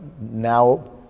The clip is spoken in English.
now